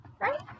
Right